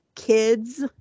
Kids